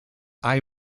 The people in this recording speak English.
eye